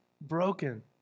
broken